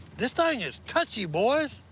this thing is touchy, boys.